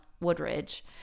woodridge